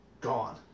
gone